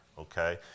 okay